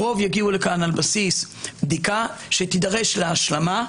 הרוב יגיעו לכאן על בסיס בדיקה שתידרש לה השלמה.